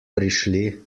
prišli